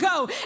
go